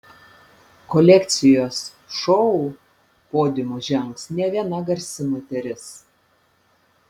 kolekcijos šou podiumu žengs ne viena garsi moteris